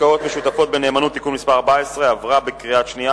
השקעות משותפות בנאמנות (תיקון מס' 14) עברה בקריאה שנייה.